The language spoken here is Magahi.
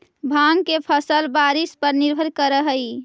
भाँग के फसल बारिश पर निर्भर करऽ हइ